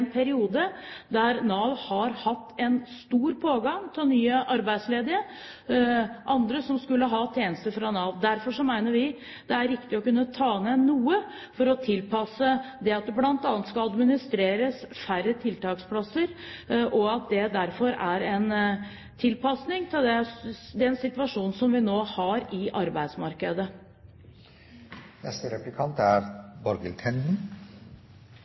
en periode der Nav har hatt en stor pågang av nye arbeidsledige og andre som skulle ha tjeneste fra Nav. Derfor mener vi at det er riktig å kunne ta ned noe for å tilpasse at det bl.a. skal administreres færre tiltaksplasser. Det er derfor en tilpasning til den situasjonen som vi nå har i